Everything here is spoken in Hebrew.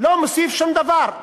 לא מוסיף שום דבר.